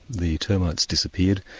the termites disappeared.